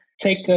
take